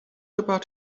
about